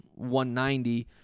190